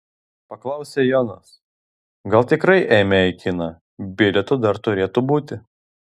paklausė jonas gal tikrai eime į kiną bilietų dar turėtų būti